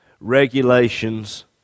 regulations